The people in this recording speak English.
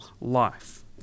life